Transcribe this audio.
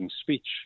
speech